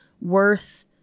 worth